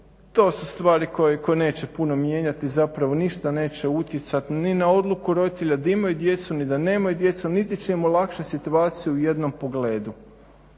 to su stvari koje neće puno mijenjati zapravo ništa, neće utjecati ni na odluku roditelja da imaju djecu ni da nemaju djecu niti će im olakšati situaciju u jednom pogledu,